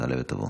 תעלה ותבוא.